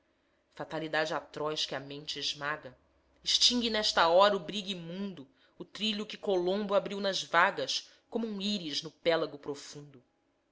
fatalidade atroz que a mente esmaga extingue nesta hora o brigue imundo o trilho que colombo abriu nas vagas como um íris no pélago profundo